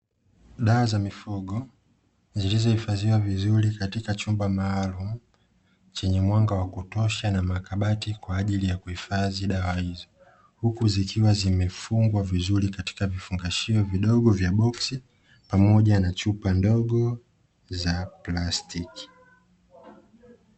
Dawa za mifugo zilizohifadhiwa vizuri katika chumba maalumu chenye mwanga wa kutosha na makabati kwa ajili ya kuhifadhi dawa hizi, huku zikiwa zimefungwa vizuri katika vifungashio vidogo vya boksi pamoja na chupa ndogo za plastiki.